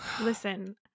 Listen